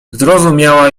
zrozumiała